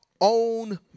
own